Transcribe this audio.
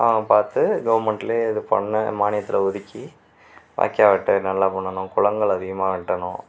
பார்த்து கவர்மெண்ட்ல இது பண்ணு மானியதில் ஒதுக்கி வாய்க்கால் வெட்ட என்னென்னலாம் பண்ணனும் குளங்கள் அதிகமாக வெட்டணும்